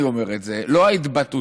אני אומר את זה, לא ההתבטאותית,